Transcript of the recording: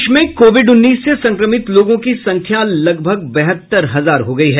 प्रदेश में कोविड उन्नीस से संक्रमित लोगों की संख्या लगभग बहत्तर हजार हो गयी है